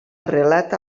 arrelat